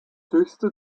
höchste